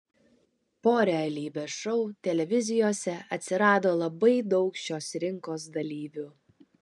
po realybės šou televizijose atsirado labai daug šios rinkos dalyvių